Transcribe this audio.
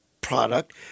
product